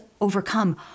overcome